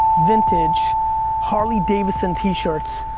vintage harley davidson t-shirts.